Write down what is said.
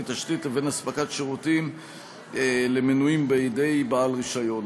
תשתית לבין אספקת שירותים למנויים בידי בעל רישיון.